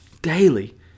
daily